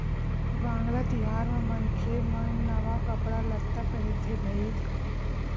वांगला तिहार म मनखे मन नवा कपड़ा लत्ता पहिरथे भईर